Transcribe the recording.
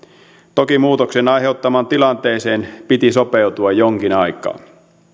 toki muutoksen aiheuttamaan tilanteeseen piti sopeutua jonkin aikaa